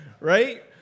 right